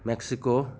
Mexico